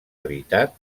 habitat